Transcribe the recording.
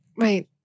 Right